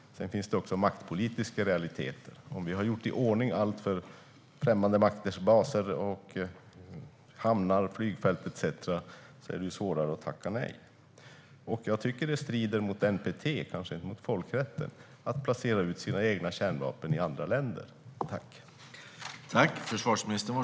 Sedan finns också maktpolitiska realiteter. Om vi har gjort i ordning allt för främmande makters baser, hamnar, flygfält etcetera är det svårare att tacka nej. Jag tycker att det strider mot NPT, och kanske mot folkrätten, att placera ut sina egna kärnvapen i andra länder.